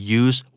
use